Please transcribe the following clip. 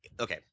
Okay